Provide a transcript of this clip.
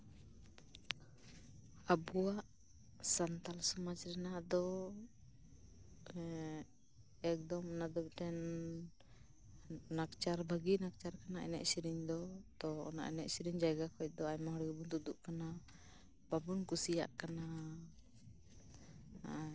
ᱟᱵᱚᱣᱟᱜ ᱥᱟᱱᱛᱟᱞ ᱥᱚᱢᱟᱡ ᱨᱮᱱᱟᱜ ᱫᱚ ᱮᱠᱫᱚᱢ ᱚᱱᱟ ᱫᱚ ᱢᱤᱫᱴᱮᱱ ᱞᱟᱠᱪᱟᱨ ᱵᱷᱟᱹᱜᱤ ᱞᱟᱠᱪᱟᱨᱠᱟᱱᱟ ᱮᱱᱮᱡ ᱥᱮᱨᱮᱧ ᱫᱚ ᱚᱱᱟ ᱮᱱᱮᱡ ᱥᱮᱨᱮᱧ ᱡᱟᱭᱜᱟ ᱠᱷᱚᱱ ᱫᱚ ᱟᱭᱢᱟ ᱦᱚᱲ ᱜᱮᱵᱚᱱ ᱛᱩᱫᱩᱜ ᱠᱟᱱᱟ ᱵᱟᱵᱚᱱ ᱠᱩᱥᱤᱭᱟᱜ ᱠᱟᱱᱟ